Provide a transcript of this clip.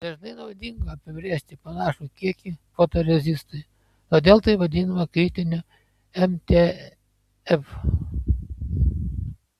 dažnai naudinga apibrėžti panašų kiekį fotorezistui todėl tai vadinama kritiniu mtf